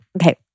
Okay